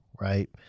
right